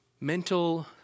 mental